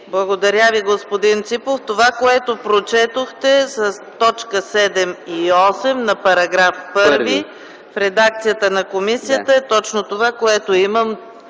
Благодаря, господин Ципов. Това, което прочетохте за точки 7 и 8 на § 1 в редакцията на комисията е точно това, което имам